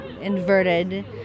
inverted